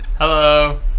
hello